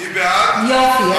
אני בעד -- יופי.